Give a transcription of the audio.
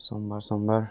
सोमवार सोमवार